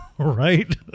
right